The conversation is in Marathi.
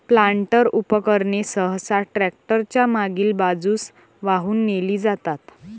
प्लांटर उपकरणे सहसा ट्रॅक्टर च्या मागील बाजूस वाहून नेली जातात